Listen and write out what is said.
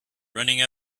running